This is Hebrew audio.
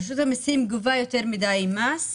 רשות המיסים גובה יותר מדי מס,